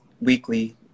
weekly